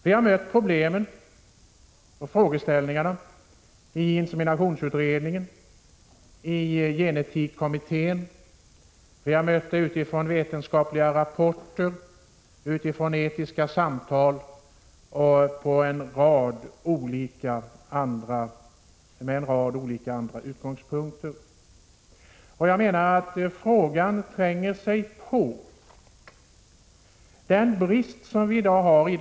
Vi har mött problemen och frågeställningarna i inseminationsutredningen, i gen-etik-kommittén, i vetenskapliga rapporter, i etiska samtal och i en rad andra sammanhang. Jag menar att detta är en fråga som tränger sig på.